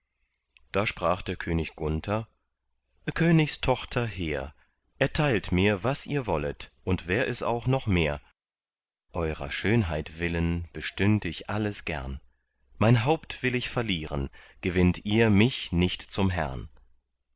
da sprach der könig gunther königstochter hehr erteilt mir was ihr wollet und wär es auch noch mehr eurer schönheit willen bestünd ich alles gern mein haupt will ich verlieren gewinnt ihr mich nicht zum herrn